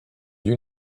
you